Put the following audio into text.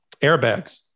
airbags